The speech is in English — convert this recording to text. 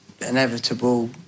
inevitable